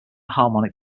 harmonic